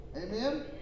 Amen